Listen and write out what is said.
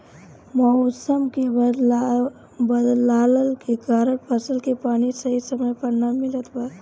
मउसम के बदलला के कारण फसल के पानी सही समय पर ना मिलत बा